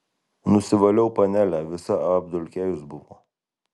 nusivaliau panelę visa apdulkėjus buvo